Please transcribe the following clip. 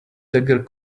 dagger